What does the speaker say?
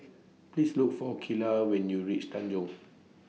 Please Look For Kylah when YOU REACH Tanjong